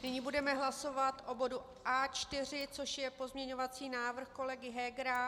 Nyní budeme hlasovat o bodu A4, což je pozměňovací návrh kolegy Hegera.